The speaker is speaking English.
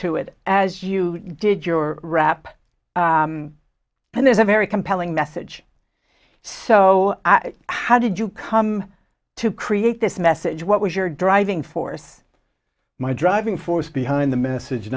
to it as you did your rap and there's a very compelling message so how did you come to create this message what was your driving force my driving force behind the message